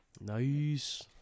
Nice